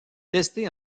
testée